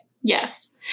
yes